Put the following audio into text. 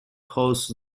hosts